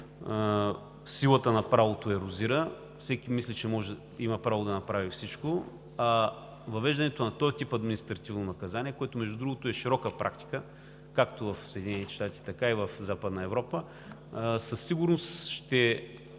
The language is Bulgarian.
силата на правото ерозира, всеки мисли, че има право да направи всичко, а въвеждането на този тип административно наказание, което, между другото, е широка практика както в Съединените щати, така и в Западна Европа, със сигурност ще